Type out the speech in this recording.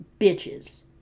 bitches